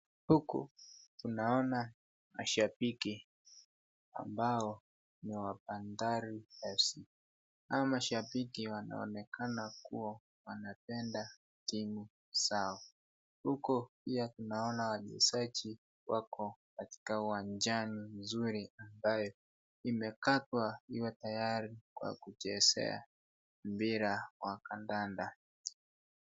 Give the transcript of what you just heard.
Huku tunaona mashabiki ambao ni wa bandari fc hawa mashabiki wanaonekana kuwa wanapenda timu zao, huku pia tunaona wachezaji wako katika uwanjani mzuri ambayo imekatwa iwe yayari kwa kuchezea mpira wa kadanda.